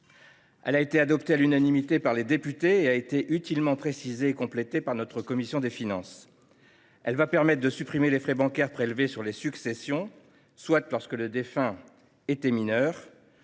Elle a été adoptée à l’unanimité par les députés et a été utilement précisée et complétée par notre commission des finances. Elle va permettre de supprimer les frais bancaires prélevés sur les successions soit lorsque le défunt était mineur,